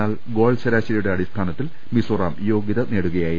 എന്നാൽ ഗോൾ അശാശരിയുടെ അടിസ്ഥാനത്തിൽ മിസോറാം യോഗ്യത നേടുകയായിരുന്നു